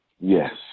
Yes